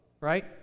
right